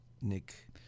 Nick